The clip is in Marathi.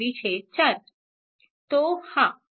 तो हा